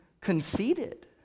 conceited